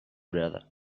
brother